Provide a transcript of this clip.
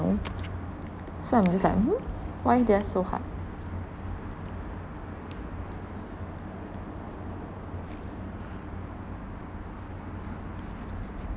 so I'm just like hmm why theirs so hard